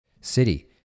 city